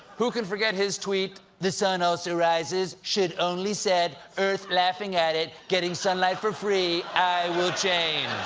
who can forget his tweet, the sun also rises. should only set! earth laughing at it. getting sunlight for free! i will change!